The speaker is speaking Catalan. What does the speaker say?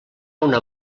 una